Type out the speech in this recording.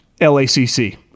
LACC